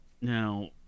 now